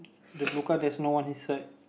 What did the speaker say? the blue car there's no one inside